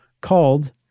called